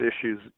issues